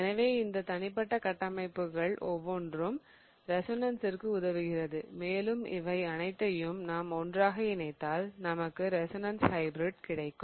எனவே இந்த தனிப்பட்ட கட்டமைப்புகள் ஒவ்வொன்றும் ரெசோனன்ஸிற்கு உதவுகிறது மேலும் இவை அனைத்தையும் நாம் ஒன்றாக இணைத்தால் நமக்கு ரெசோனன்ஸ் ஹைபிரிட் கிடைக்கும்